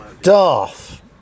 Darth